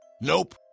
Nope